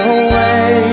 away